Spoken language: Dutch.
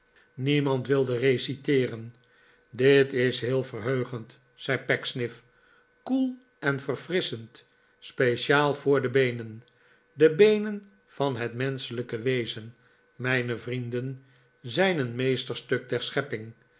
niemand wilde reciteeren dit is heel verheugend zei pecksniff koel en verfrisschend speciaal voor de beenen de beenen van het menschelijke wezen mijne vrienden zijn een meesterstuk der schepping